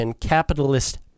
capitalist